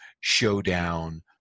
showdown